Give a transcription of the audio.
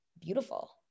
beautiful